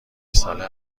ساله